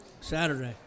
Saturday